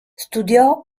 studiò